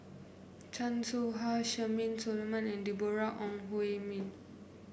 Chan Soh Ha Charmaine Solomon and Deborah Ong Hui Min